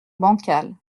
bancal